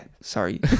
sorry